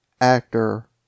Actor